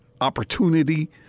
opportunity